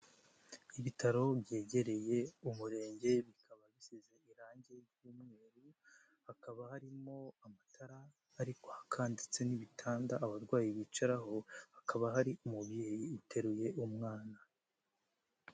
Ibitaro byegereye umurenge bikaba bisize irangi ry'umweru hakaba harimo amatara arikwaka ndetse n'ibitanda abarwayi bicaraho hakaba hari umubyeyi uteruye umwana.